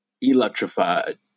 Electrified